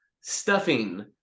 stuffing